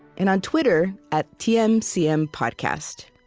and on twitter at tmcmpodcast.